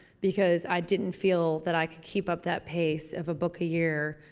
because i didn't feel that i could keep up that pace of a book a year.